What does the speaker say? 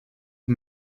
aux